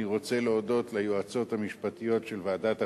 אני רוצה להודות ליועצות המשפטיות של ועדת החוקה,